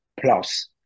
plus